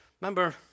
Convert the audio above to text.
Remember